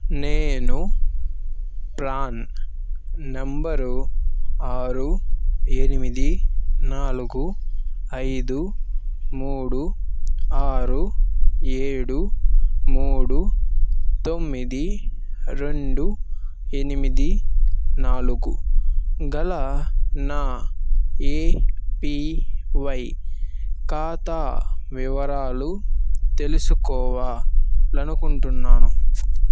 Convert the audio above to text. నేను PRAN number ఆరు ఎనిమిది నాలుగు ఐదు మూడు ఆరు ఏడు మూడు తొమ్మిది రెండు ఎనిమిది నాలుగు గల నా ఏపీవై ఖాతా వివరాలు తెలుసుకోవాలనుకుంటున్నాను